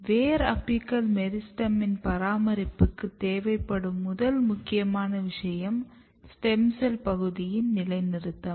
வேர் அபிக்கல் மெரிஸ்டெமின் பராமரிப்புக்கு தேவைப்படும் முதல் முக்கியமான விஷயம் ஸ்டெம் செல் பகுதியின் நிலைநிறுத்தும்